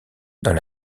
dans